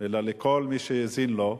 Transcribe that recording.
אלא לכל מי שהאזין לו,